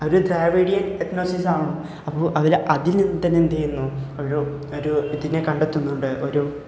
അവരൊരു Dravidian ethnosis ആകണം അപ്പം അവർ അതിൽ തന്നെ എന്ത് ചെയ്യുന്നു ഒരു ഒരു ഇതിനെ കണ്ടെത്തുന്നുണ്ട് ഒരു